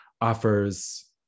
offers